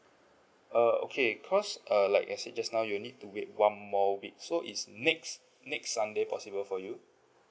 err okay because err like I said just now you will need to wait one more week so is next next sunday possible for you